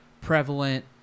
prevalent